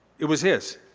it was his.